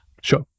Sure